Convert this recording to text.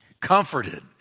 Comforted